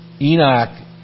Enoch